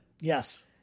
Yes